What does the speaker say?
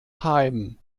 heim